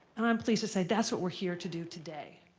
and i'm pleased to say that's what we're here to do today.